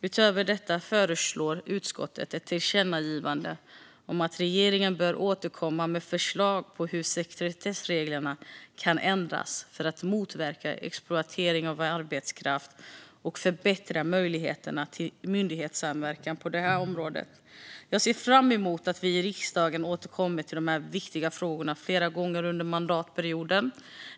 Utöver detta föreslår utskottet ett tillkännagivande om att regeringen bör återkomma med förslag på hur sekretessreglerna kan ändras för att motverka exploatering av arbetskraft och förbättra möjligheterna till myndighetssamverkan på det här området. Jag ser fram emot att vi i riksdagen ska återkomma till de här viktiga frågorna flera gånger under mandatperioden.